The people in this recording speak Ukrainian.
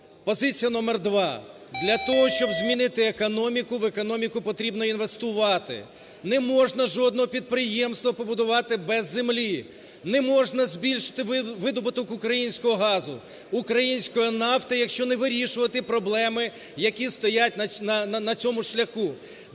Позиція номер два. Для того, щоб змінити економіку, в економіку потрібно інвестувати. Не можна жодного підприємства побудувати без землі. Не можна збільшити видобуток українського газу, української нафти, якщо не вирішувати проблеми, які стоять на цьому шляху.